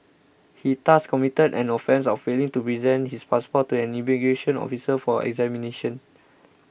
he thus committed an offence of failing to present his passport to an immigration officer for examination